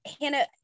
Hannah